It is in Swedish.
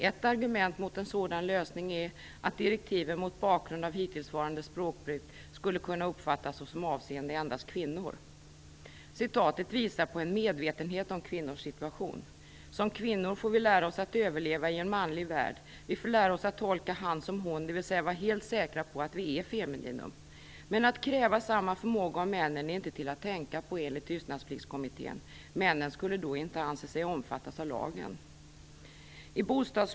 Ett argument mot en sådan lösning är, att direktiven, mot bakgrund av hittillsvarande språkbruk, skulle kunna uppfattas såsom avseende endast kvinnor." Citatet visar på en medvetenhet om kvinnors situation. Som kvinnor får vi lära oss att överleva i en manlig värld. Vi får lära oss att tolka "han" som "hon", dvs. vara helt säkra på att vi är femininum. Men att kräva samma förmåga av männen är inte till att tänka på enligt Tystnadspliktskommittén. Männen skulle då inte anse sig omfattas av lagen.